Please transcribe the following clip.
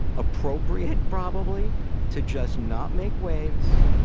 appropriate probably to just not make waves,